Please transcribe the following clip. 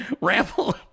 Ramble